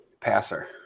passer